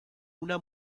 una